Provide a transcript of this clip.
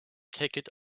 ticket